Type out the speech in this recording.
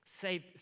Saved